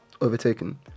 overtaken